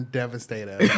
devastated